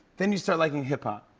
then you started liking hip-hop.